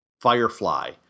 Firefly